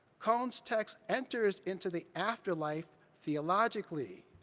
cone's text enters into the afterlife theologically,